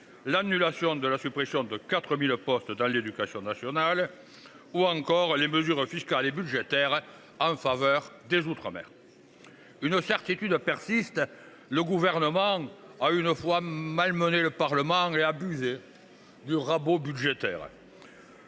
l’annulation de la suppression de 4 000 postes dans l’éducation nationale ou encore les mesures fiscales et budgétaires en faveur des outre mer. Une certitude persiste : le Gouvernement a, une fois de plus, malmené le Parlement et abusé du rabot budgétaire